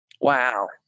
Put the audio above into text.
Wow